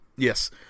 Yes